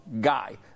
guy